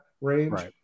range